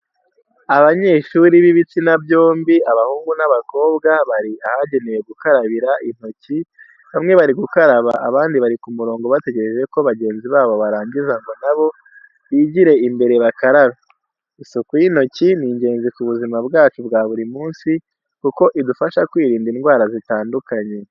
Abanyeshuri b'ibitsina byombi abahungu n'abakobwa bari ahagenewe gukarabira intoki, bamwe bari gukaraba abandi bari ku murongo bategereje ko bagenzi babo barangiza ngo nabo bigire imbere bakarabe. Isuku y'intoki ni ingenzi ku buzima bwacu bwa buri munsi kuko idufasha kwirinda indwara zitandukanye.